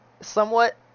somewhat